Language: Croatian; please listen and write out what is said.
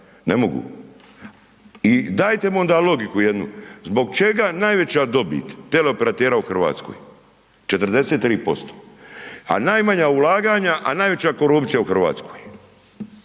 ne mogu i dajte mu onda logiku jednu zbog čega najveća dobit teleoperatera u RH 43%, a najmanja ulaganja, a najveća korupcija u RH od